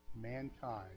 mankind